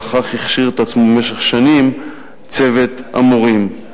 ולכך הכשיר את עצמו במשך שנים צוות המורים.